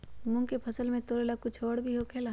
मूंग के फसल तोरेला कुछ और भी होखेला?